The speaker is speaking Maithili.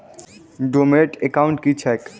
डोर्मेंट एकाउंट की छैक?